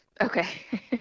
Okay